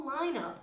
lineup